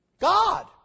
God